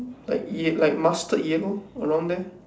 like ye~ like mustard yellow around there